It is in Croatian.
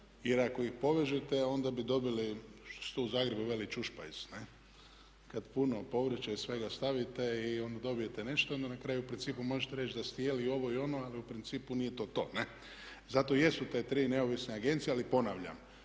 jer ako ih povežete onda bi dobili što se u Zagrebu veli čušpajz. Kad puno povrća i svega stavite i onda dobijete nešto onda na kraju u principu možete reći da ste jeli i ovo i ono ali u principu nije to to. Zato i jesu te tri neovisne agencije. Ali ponavljam